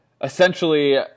essentially